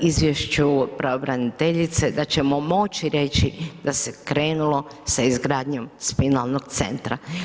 izvješću pravobraniteljice, da ćemo moći reći da se krenulo s izgradnjom spinalnog centra.